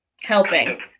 helping